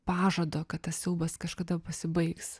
pažado kad tas siaubas kažkada pasibaigs